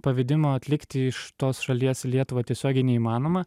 pavedimo atlikti iš tos šalies į lietuvą tiesiogiai neįmanoma